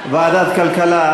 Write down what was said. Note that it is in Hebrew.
כלכלה.